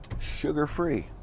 sugar-free